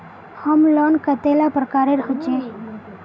Home loan कतेला प्रकारेर होचे?